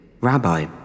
Rabbi